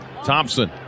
Thompson